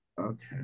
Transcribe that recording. Okay